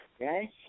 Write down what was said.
Okay